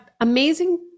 amazing